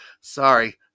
Sorry